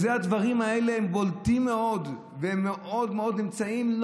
הדברים האלה הם בולטים מאוד והם מאוד מאוד נמצאים,